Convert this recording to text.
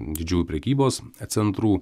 didžiųjų prekybos centrų